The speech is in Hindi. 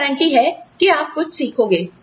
क्या गारंटी है किआप कुछ सीखेंगे